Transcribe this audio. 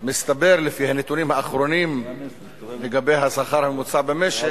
מסתבר לפי הנתונים האחרונים לגבי השכר הממוצע במשק,